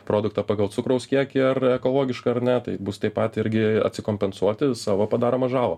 produktą pagal cukraus kiekį ar ekologiška ar ne taip bus taip pat irgi atsikompensuoti savo padaromą žalą